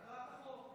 תקרא את החוק.